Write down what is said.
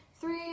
Three